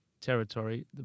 territory